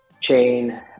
chain